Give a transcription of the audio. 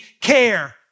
care